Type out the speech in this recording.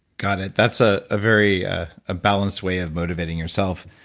got it. that's a ah very ah ah balanced way of motivating yourself.